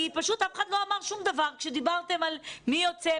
כי פשוט אף אחד לא אמר כשדיברתם על מי יוצא,